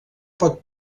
pot